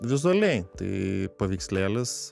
vizualiai tai paveikslėlis